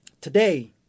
Today